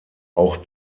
auch